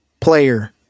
player